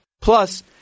Plus